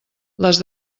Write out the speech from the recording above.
les